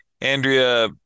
Andrea